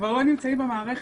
כבר לא נמצאים במערכת.